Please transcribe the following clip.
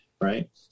Right